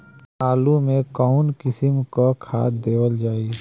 आलू मे कऊन कसमक खाद देवल जाई?